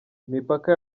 imipaka